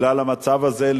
בגלל המצב הזה,